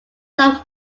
some